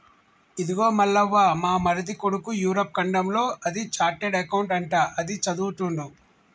ఇదిగో మల్లవ్వ మా మరిది కొడుకు యూరప్ ఖండంలో అది చార్టెడ్ అకౌంట్ అంట అది చదువుతుండు